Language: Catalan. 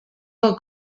del